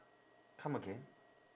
come again